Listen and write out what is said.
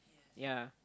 yea